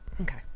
okay